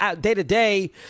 day-to-day